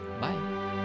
Bye